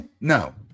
no